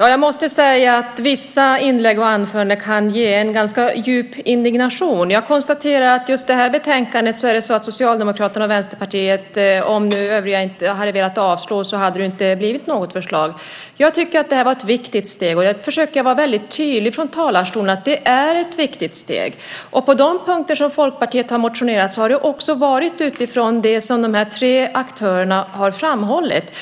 Jag måste säga att vissa inlägg och anföranden kan skapa en ganska djup indignation. Jag konstaterar att just när det gäller det här betänkandet hade det inte blivit något förslag om övriga hade velat avslå. Jag tycker att det här var ett viktigt steg, och jag försökte vara väldigt tydlig från talarstolen med att det är ett viktigt steg. Folkpartiet har motionerat på några punkter. Det har gjorts utifrån det som de här tre aktörerna har framhållit.